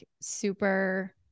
super